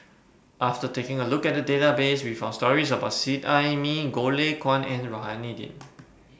after taking A Look At The Database We found stories about Seet Ai Mee Goh Lay Kuan and Rohani Din